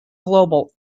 global